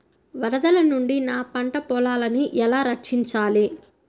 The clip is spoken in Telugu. వరదల నుండి నా పంట పొలాలని ఎలా రక్షించాలి?